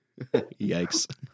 Yikes